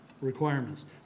requirements